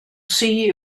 see